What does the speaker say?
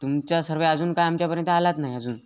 तुमच्या सर्वे अजून काय आमच्यापर्यंत आलाच नाही अजून